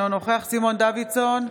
אינו נוכח סימון דוידסון,